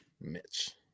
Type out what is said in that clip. Mitch